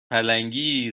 پلنگی